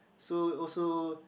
so also